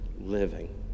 living